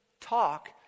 Talk